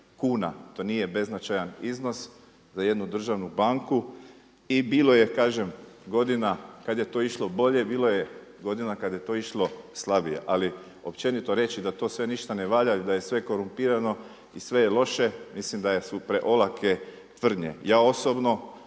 to nije beznačajan iznos za jednu državnu banku. I bilo je kažem godina kada je to išlo bolje, bilo je godina kada je to išlo slabije. Ali općenito reći da to sve ništa ne valja, da je sve korumpirano i sve je loše, mislim da su preolake tvrdnje. Ja osobno